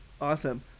awesome